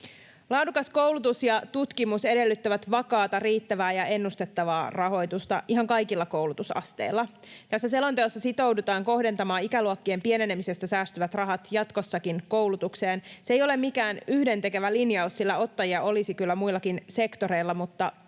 Laadukas koulutus ja tutkimus edellyttävät vakaata, riittävää ja ennustettavaa rahoitusta ihan kaikilla koulutusasteilla. Tässä selonteossa sitoudutaan kohdentamaan ikäluokkien pienenemisestä säästyvät rahat jatkossakin koulutukseen. Se ei ole mikään yhdentekevä linjaus, sillä ottajia olisi kyllä muillakin sektoreilla, mutta